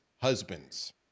husbands